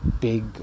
big